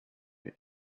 you